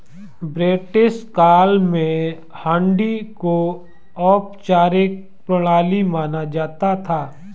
British काल में हुंडी को औपचारिक प्रणाली माना जाता था